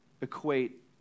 equate